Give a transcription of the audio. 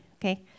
okay